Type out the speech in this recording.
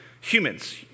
humans